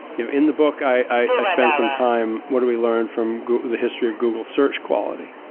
you know, in the book, i spend some time, what did we learn from the history of google search quality?